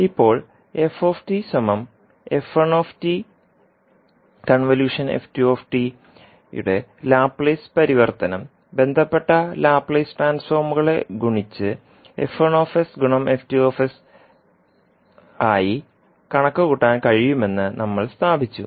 ഇപ്പോൾ യുടെ ലാപ്ലേസ് പരിവർത്തനം ബന്ധപ്പെട്ട ലാപ്ലേസ് ട്രാൻസ്ഫോർമുകളെ ഗുണിച്ച് കണക്കുകൂട്ടാൻ കഴിയുമെന്ന് നമ്മൾ സ്ഥാപിച്ചു